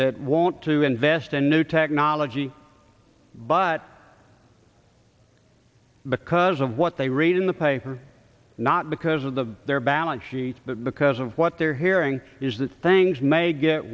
that want to invest in new technology but because of what they read in the paper not because of the their balance sheet but because of what they're hearing is that things may get